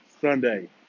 Sunday